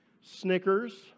Snickers